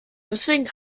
deswegen